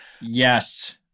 Yes